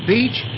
Beach